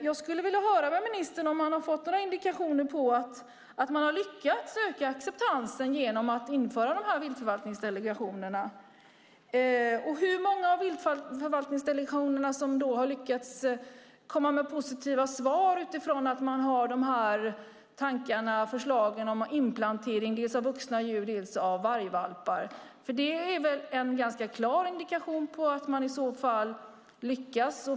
Jag skulle vilja höra om ministern har fått några indikationer på att man har lyckats öka acceptansen genom att införa dessa viltförvaltningsdelegationer och hur många av viltförvaltningsdelegationerna som har lyckats komma med positiva svar utifrån att man har tankarna och förslagen om inplantering, dels av vuxna djur, dels av vargvalpar. Det är väl i så fall en ganska klar indikation på att man lyckas.